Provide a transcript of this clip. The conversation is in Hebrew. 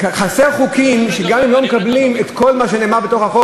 חסרים חוקים שגם אם לא מקבלים את כל מה שנאמר בתוך החוק,